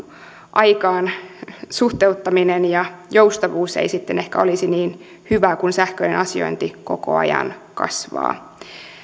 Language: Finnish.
aikaan suhteuttaminen ja joustavuus ei sitten ehkä olisi niin hyvä kun sähköinen asiointi koko ajan kasvaa